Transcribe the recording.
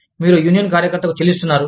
మీరు యూనియన్ కార్యకర్తకు చెల్లిస్తున్నారు